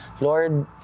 Lord